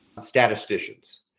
statisticians